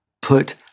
put